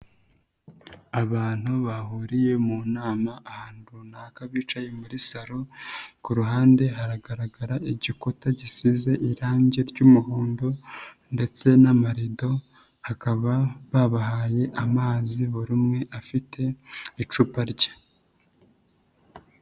Abantu bahuriye mu nama ahantu runaka bicaye muri salo, ku ruhande haragaragara igikuta gisize irange ry'umuhondo ndetse n'amarido, hakaba babahaye amazi buri umwe afite icupa rye.